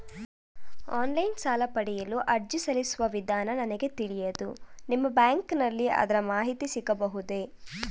Online ಸಾಲ ಪಡೆಯಲು ಅರ್ಜಿ ಸಲ್ಲಿಸುವ ವಿಧಾನ ನನಗೆ ತಿಳಿಯದು ನಿಮ್ಮ ಬ್ಯಾಂಕಿನಲ್ಲಿ ಅದರ ಮಾಹಿತಿ ಸಿಗಬಹುದೇ?